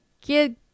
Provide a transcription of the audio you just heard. kid